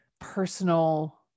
personal